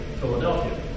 Philadelphia